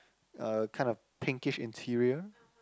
uh kind of pinkish interior